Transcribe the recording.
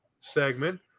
segment